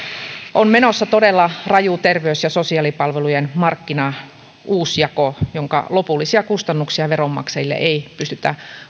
on menossa todella raju terveys ja sosiaalipalvelujen markkinauusjako jonka lopullisia kustannuksia veronmaksajille ei pystytä